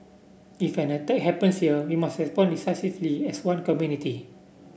if an attack happens here we must respond decisively as one community